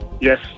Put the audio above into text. Yes